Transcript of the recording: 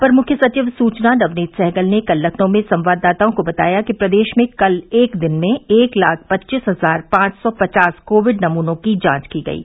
अपर मुख्य सचिव सूचना नवनीत सहगल ने कल लखनऊ में संवाददाताओं को बताया कि प्रदेश में कल एक दिन में एक लाख पच्चीस हजार पांच सौ पचास कोविड नमूनों की जांच की गयी